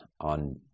on